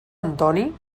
antoni